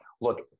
look